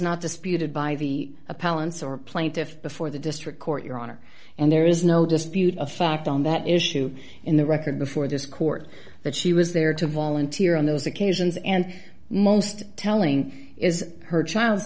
not disputed by the appellants or plaintiff before the district court your honor and there isn't no dispute of fact on that issue in the record before this court that she was there to volunteer on those occasions and most telling is her child's